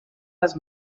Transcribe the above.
les